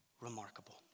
remarkable